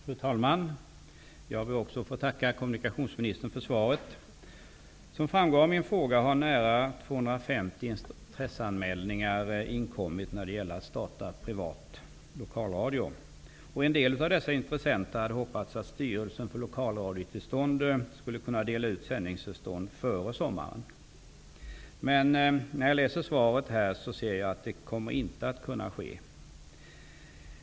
Fru talman! Jag vill också tacka kommunikationsministern för svaret. Som framgår av min fråga har nära 250 intresseanmälningar inkommit när det gäller att starta privat lokalradio. En del av dessa intressenter hade hoppats att Styrelsen för lokalradiotillstånd skulle kunna dela ut sändningstillstånd före sommaren. Men när jag läser svaret ser jag att det inte kommer att ske.